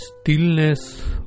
Stillness